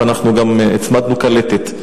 וגם הצמדנו קלטת.